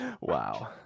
Wow